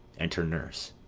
enter nurse.